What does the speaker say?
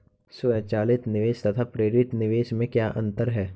स्वचालित निवेश तथा प्रेरित निवेश में क्या अंतर है?